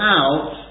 out